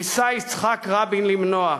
ניסה יצחק רבין למנוע,